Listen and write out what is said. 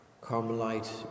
Carmelite